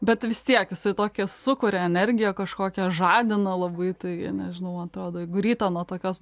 bet vis tiek jisai tokį sukuria energiją kažkokią žadina labai tai nežinau atrodo jeigu rytą nuo tokios